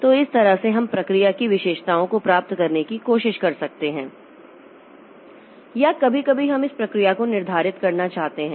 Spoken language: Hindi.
तो इस तरह से हम प्रक्रिया की विशेषताओं को प्राप्त करने की कोशिश कर सकते हैं या कभी कभी हम इस प्रक्रिया को निर्धारित करना चाहते हैं